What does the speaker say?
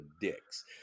dicks